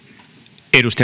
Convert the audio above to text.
arvoisa